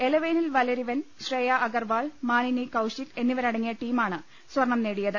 എലവേനിൽ വലരിവൻ ശ്രേയ അഗർവാൾ മാനിനി കൌശിക് എന്നിവരടങ്ങിയ ടീമാണ് സ്വർണം നേടിയത്